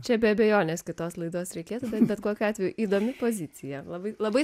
čia be abejonės kitos laidos reikės bet kokiu atveju įdomi pozicija labai labai